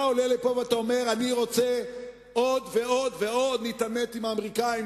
אתה עולה לפה ואומר: אני רוצה עוד ועוד ועוד להתעמת עם האמריקנים,